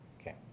okay